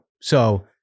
So-